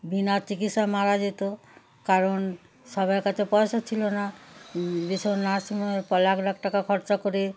বিনা চিকিৎসায় মারা যেত কারণ সবার কাছে পয়সা ছিল না বেসরকারি নার্সিংহোমে প লাখ লাখ টাকা খরচা করে